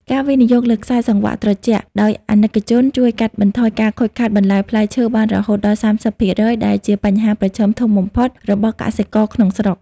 ការវិនិយោគលើ "ខ្សែសង្វាក់ត្រជាក់" ដោយអាណិកជន ជួយកាត់បន្ថយការខូចខាតបន្លែផ្លែឈើបានរហូតដល់ ៣០% ដែលជាបញ្ហាប្រឈមធំបំផុតរបស់កសិករក្នុងស្រុក។